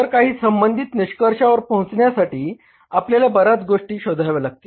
तर काही संबंधित निष्कर्षावर पोहचण्यासाठी आपल्याला बऱ्याच गोष्टी शोधाव्या लागतील